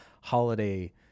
holiday